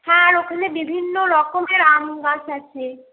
হ্যাঁ আর ওখানে বিভিন্ন রকমের আম গাছ আছে